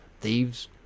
Thieves